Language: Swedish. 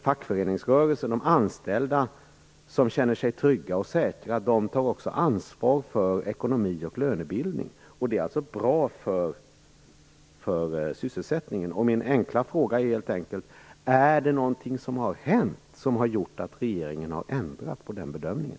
Fackföreningsrörelsen och de anställda som känner sig trygga och säkra tar ansvar för ekonomi och lönebildning. Det är alltså bra för sysselsättningen. Min enkla fråga är helt enkelt: Är det någonting som har hänt som har gjort att regeringen har ändrat på den bedömningen?